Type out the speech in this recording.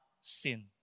sin